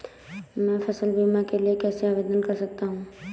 मैं फसल बीमा के लिए कैसे आवेदन कर सकता हूँ?